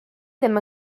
ddim